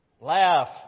Laugh